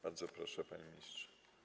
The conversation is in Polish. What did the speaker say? Bardzo proszę, panie ministrze.